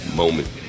moment